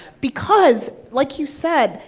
because, like you said,